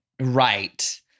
right